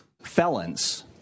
Felons